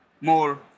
more